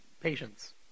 patience